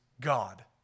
God